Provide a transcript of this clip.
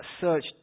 search